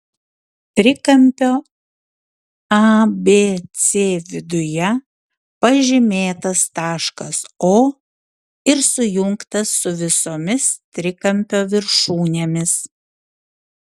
trikampio abc viduje pažymėtas taškas o ir sujungtas su visomis trikampio viršūnėmis